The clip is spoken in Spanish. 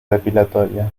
depilatoria